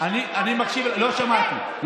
לא שמעתי.